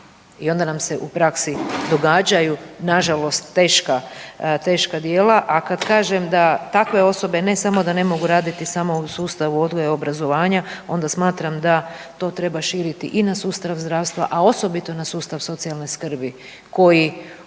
i onda nam se u praksi događaju nažalost teška, teška djela. A kad kažem da takve osobe ne samo da ne mogu raditi samo u sustavu odgoja i obrazovanja onda smatram da to treba širiti i na sustav zdravstva, a osobito na sustav socijalne skrbi koji u